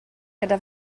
gyda